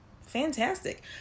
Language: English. Fantastic